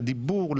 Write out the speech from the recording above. לדיבור,